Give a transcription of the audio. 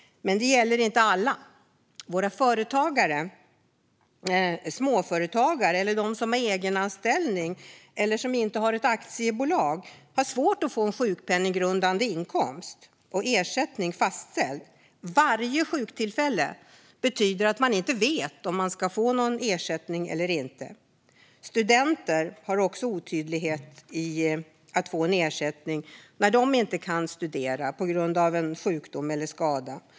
Men det gäller inte alla. Våra företagare, småföretagare, de som har egenanställning och de som inte har aktiebolag har svårt att få en sjukpenninggrundande inkomst och ersättning fastställd. Varje sjuktillfälle betyder att de inte vet om de får ersättning. För studenter är det också otydligt hur de ska få ersättning när de inte kan studera på grund av sjukdom eller skada.